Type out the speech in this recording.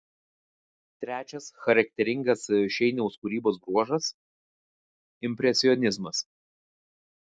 trečias charakteringas šeiniaus kūrybos bruožas impresionizmas